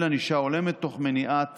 ענישה הולמת, תוך מניעת